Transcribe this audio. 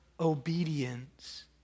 obedience